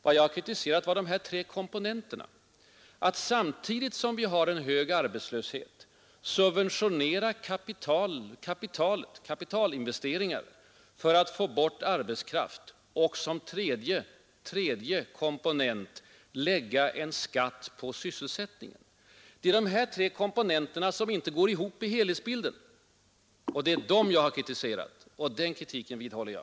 Vad jag har kritiserat är de tre komponenterna tillsammans: Samtidigt som vi har en hög arbetslöshet subventionerar man kapitalinvesteringar för att få bort arbetskraft och lägger en skatt på sysselsättningen. Dessa tre komponenter går inte ihop i helhetsbilden, och det är dem jag har kritiserat. Den kritiken vidhåller jag.